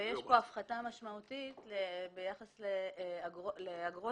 ויש פה הפחתה משמעותית ביחס לאגרות